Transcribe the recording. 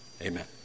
Amen